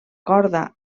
corda